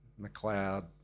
McLeod